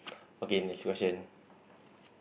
okay next question